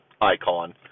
icon